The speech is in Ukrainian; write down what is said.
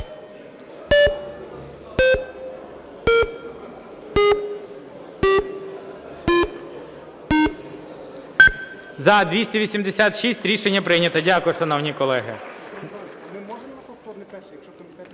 За-286 Рішення прийнято. Дякую, шановні колеги.